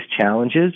challenges